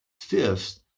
Fifth